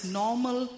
normal